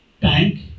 tank